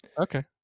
Okay